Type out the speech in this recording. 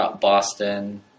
Boston